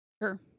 Sure